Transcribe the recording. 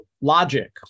logic